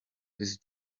his